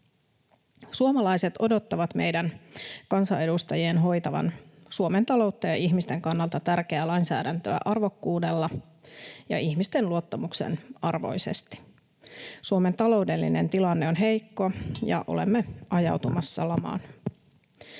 Suomalaiset odottavat meidän kansanedustajien hoitavan Suomen taloutta ja ihmisten kannalta tärkeää lainsäädäntöä arvokkuudella ja ihmisten luottamuksen arvoisesti. Suomen taloudellinen tilanne on heikko, ja olemme ajautumassa lamaan.